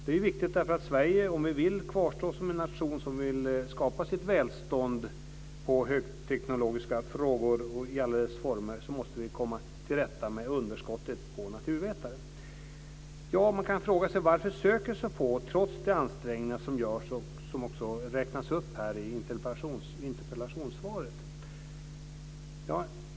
Det är viktigt därför att Sverige, om vi vill kvarstå som en nation som vill skapa sitt välstånd på högteknologiska frågor i alla deras former, måste komma till rätta med underskottet på naturvetare. Man kan fråga sig varför så få söker trots de ansträngningar som görs och som också räknas upp i interpellationssvaret.